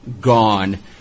gone